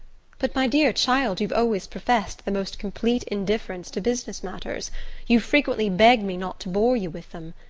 but, my dear child, you've always professed the most complete indifference to business matters you've frequently begged me not to bore you with them.